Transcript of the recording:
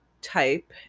type